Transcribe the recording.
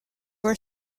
were